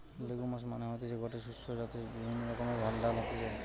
legumes মানে হতিছে গুটি শস্য যাতে বিভিন্ন রকমের ডাল হতিছে